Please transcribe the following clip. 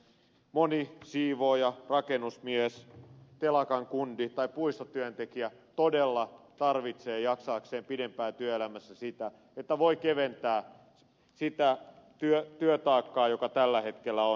moni siivooja rakennusmies telakan kundi tai puistotyöntekijä todella tarvitsee jaksaakseen pidempään työelämässä sitä että voi keventää sitä työtaakkaa joka tällä hetkellä on